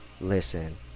listen